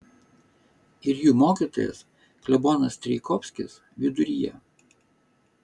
ir jų mokytojas klebonas strijkovskis viduryje